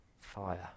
fire